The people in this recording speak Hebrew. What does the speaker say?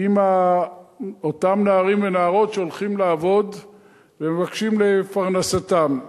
עם אותם נערים ונערות שהולכים לעבוד ומבקשים לפרנסתם.